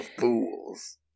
fools